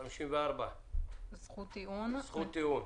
זכות טיעון54.